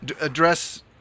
address